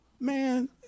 Man